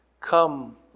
come